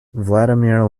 vladimir